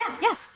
Yes